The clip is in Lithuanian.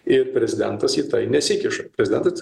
ir prezidentas į tai nesikiša prezidentas